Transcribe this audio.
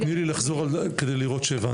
אז בואי תני לי לחזור על זה כדי לראות שהבנתי.